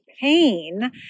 pain